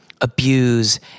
abuse